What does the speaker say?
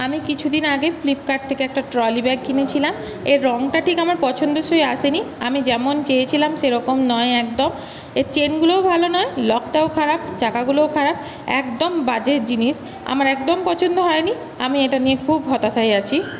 আমি কিছুদিন আগে ফ্লিপকার্ট থেকে একটা ট্রলি ব্যাগ কিনেছিলাম এর রঙটা ঠিক আমার পছন্দসই আসেনি আমি যেমন চেয়েছিলাম সেরকম নয় একদম এর চেনগুলোও ভালো নয় লকটাও খারাপ চাকাগুলোও খারাপ একদম বাজে জিনিস আমার একদম পছন্দ হয়নি আমি এটা নিয়ে খুব হতাশায় আছি